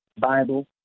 Bible